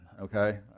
okay